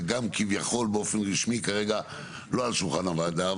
זה גם כביכול באופן רשמי כרגע לא על שולחן הוועדה.